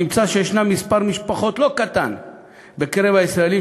נמצא שיש מספר משפחות לא קטן בקרב הישראלים